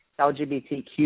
LGBTQ